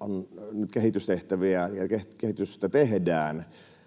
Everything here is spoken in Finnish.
on nyt kehitystehtäviä ja kehitystä tehdään